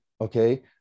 okay